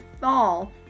fall